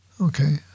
Okay